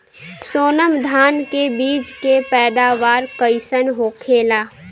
सोनम धान के बिज के पैदावार कइसन होखेला?